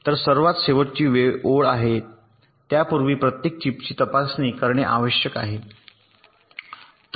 तर सर्वात शेवटची ओळ आहे त्यापूर्वी प्रत्येक चिपची तपासणी करणे आवश्यक आहे पाठविले जाऊ शकते